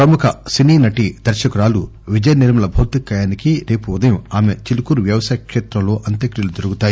ప్రముఖ సినీ నటి దర్పకురాలు విజయనిర్మల భౌతికకాయానికి రేపు ఉదయం ఆమె చిలుకూరు వ్యవసాయ క్షేత్రంలో అంత్యక్రియలు జరుగుతాయి